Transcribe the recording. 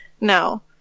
No